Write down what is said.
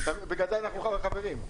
בגלל זה אנחנו חברים.